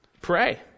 Pray